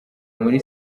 muri